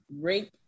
rape